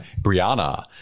Brianna